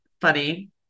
funny